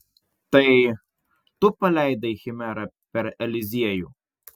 tai tu paleidai chimerą per eliziejų